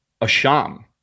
asham